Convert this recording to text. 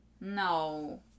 No